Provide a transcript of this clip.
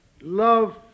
Love